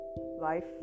Life